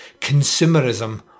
consumerism